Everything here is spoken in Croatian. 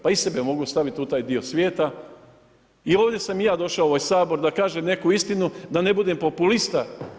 Pa i sebe mogu staviti u taj dio svijeta jer i ovdje sam i ja došao u ovaj Sabor da kažem neku istinu, da ne budem populista.